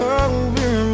over